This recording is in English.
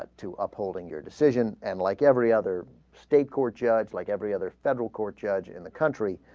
ah to up holding your decision and like every other state court judge like every other federal court judge in the country